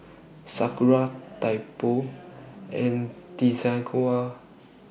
Sakura Typo and Desigual